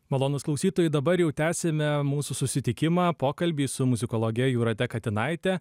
malonūs klausytojai dabar jau tęsiame mūsų susitikimą pokalbį su muzikologe jūrate katinaite